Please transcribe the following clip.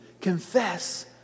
Confess